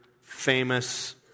famous